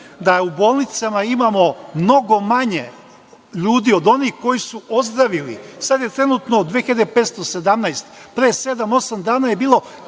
da u bolnicama imamo mnogo manje ljudi od onih koji su ozdravili, sada je trenutno 2.517, pre sedam, osam dana je bilo